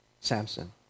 Samson